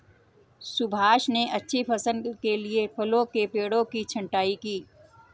सुभाष ने अच्छी फसल के लिए फलों के पेड़ों की छंटाई की